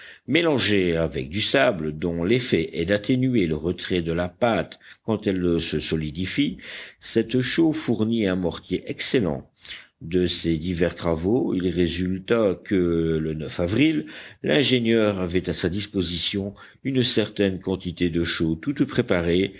mélangée avec du sable dont l'effet est d'atténuer le retrait de la pâte quand elle se solidifie cette chaux fournit un mortier excellent de ces divers travaux il résulta que le avril l'ingénieur avait à sa disposition une certaine quantité de chaux toute préparée